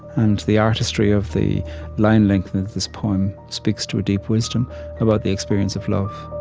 and the artistry of the line length of this poem speaks to a deep wisdom about the experience of love